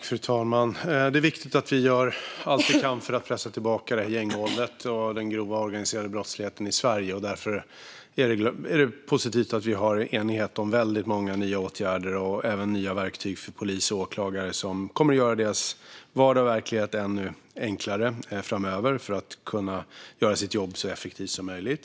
Fru talman! Det är viktigt att vi gör allt vi kan för att pressa tillbaka gängvåldet och den grova organiserade brottsligheten i Sverige, och därför är det positivt att vi har enighet om många nya åtgärder och även nya verktyg för polis och åklagare som kommer att göra deras vardag och verklighet ännu enklare framöver så att de kan göra sitt jobb så effektivt som möjligt.